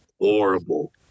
horrible